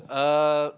uh